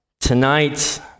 Tonight